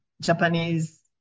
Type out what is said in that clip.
Japanese